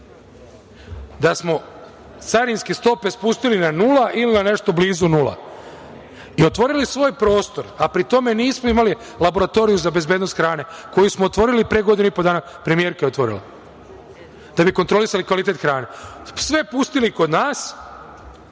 da smo carinske stope spustili na nula ili nešto blizu nula i otvorili svoj prostor, a pri tome nismo imali laboratoriju za bezbednost hrane koju smo otvorili pre godinu i po dana, premijerka je otvorila da bi kontrolisali kvalitet hrane, sve pustili kod nas